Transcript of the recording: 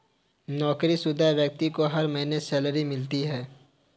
नौकरीशुदा व्यक्ति को हर महीने सैलरी मिलती है